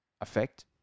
effect